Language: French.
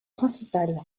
principale